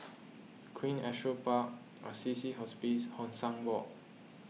Queen Astrid Park Assisi Hospice Hong San Walk